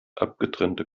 abgetrennte